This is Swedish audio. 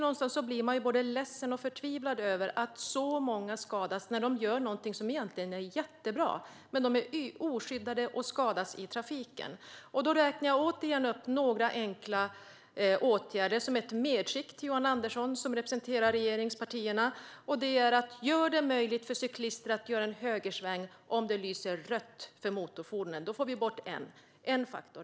Någonstans blir man både ledsen och förtvivlad över att så många skadas när de gör någonting som egentligen är jättebra, men de är oskyddade och skadas i trafiken. Då räknar jag återigen upp några enkla åtgärder som ett medskick till Johan Andersson som representerar regeringspartierna. Det första är: Gör det möjligt för cyklisterna att göra en högersväng när det lyser rött för motorfordon! Då får vi bort en faktor.